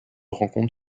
rencontre